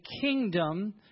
kingdom